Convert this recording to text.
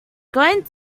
going